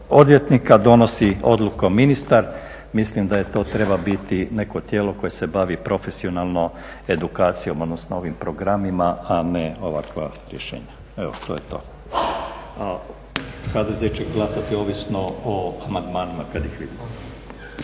odvjetnika donosi odlukom ministar, mislim da to treba biti neko tijelo koje se bavi profesionalno edukacijom, odnosno ovim programima a ne ovakva rješenja. Evo, to je to. A HDZ će glasati ovisno o amandmanima kad ih vidimo.